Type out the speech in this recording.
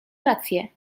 rację